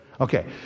Okay